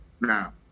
now